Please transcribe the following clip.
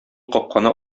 капканы